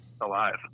alive